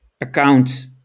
account